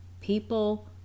people